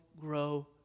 grow